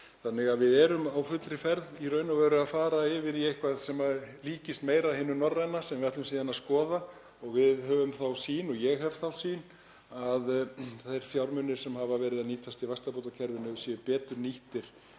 Þannig að við erum á fullri ferð í raun og veru að fara yfir í eitthvað sem líkist meira hinu norræna kerfi sem við ætlum síðan að skoða. Við höfum þá sýn og ég hef þá sýn að þeir fjármunir sem hafa verið að nýtast í vaxtabótakerfinu séu betur nýttir